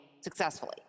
successfully